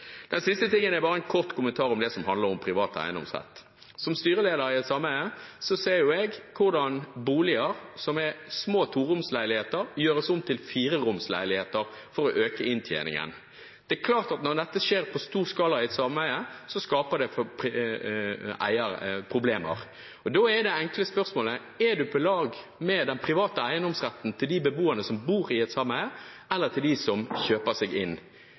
den samme rettigheten til folk som eier i borettslag, slik at de også kan ha rett til å få ladet bilen sin? Det siste er bare en kort kommentar om det som handler om privat eiendomsrett: Som styreleder i et sameie ser jeg hvordan boliger som er små toromsleiligheter, gjøres om til fireromsleiligheter for å øke inntjeningen. Det er klart at når dette skjer i stor skala i et sameie, skaper det problemer. Da er det enkle spørsmålet: Er man på lag med de beboerne som bor i et sameie og deres private eiendomsrett, eller